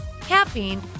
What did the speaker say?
caffeine